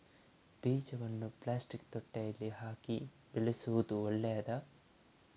ಬೀಜವನ್ನು ಪ್ಲಾಸ್ಟಿಕ್ ತೊಟ್ಟೆಯಲ್ಲಿ ಹಾಕಿ ಬೆಳೆಸುವುದು ಒಳ್ಳೆಯದಾ?